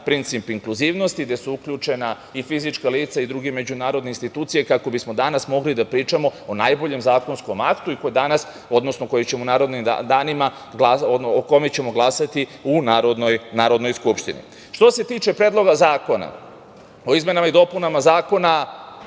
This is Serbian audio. princip inkluzivnosti gde su uključena i fizička lica i drugi međunarodne institucije kako bismo danas mogli da pričamo o najboljem zakonskom aktu koji danas, odnosno, o kojem ćemo u narednim danima glasati u Narodnoj skupštini. Što se tiče Predloga zakona o izmenama i dopunama Zakona